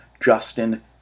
Justin